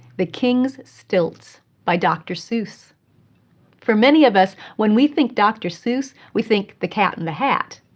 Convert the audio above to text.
the king's stilts by dr. seuss for many of us, when we think dr. seuss, we think the cat in the hat.